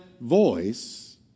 voice